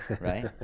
right